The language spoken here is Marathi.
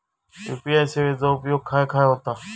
यू.पी.आय सेवेचा उपयोग खाय खाय होता?